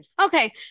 okay